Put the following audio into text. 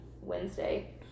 Wednesday